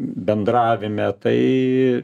bendravime tai